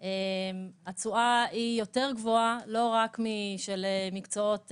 היא יותר גבוהה לא רק משל מקצועות